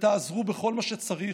ותעזרו בכל מה שצריך.